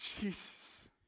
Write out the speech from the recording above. Jesus